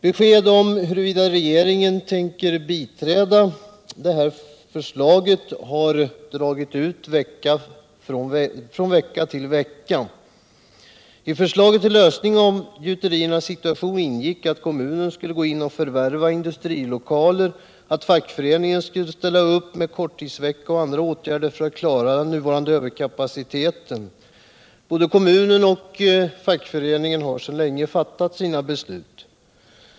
Besked om huruvida regeringen tänker biträda förslaget har dragit ut på tiden från vecka till vecka. I förslaget till lösning av gjuteriernas 'svåra situation ingick att kommunen skulle gå in och förvärva industrilokaler och att fackföreningen skulle ställa upp med korttidsvecka och andra åtgärder för att klara den nuvarande överkapaciteten. Både kommunen och fackföreningen har sedan länge fattat sina beslut.